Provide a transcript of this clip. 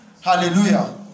Hallelujah